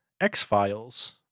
X-Files